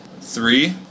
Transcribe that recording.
three